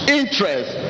interest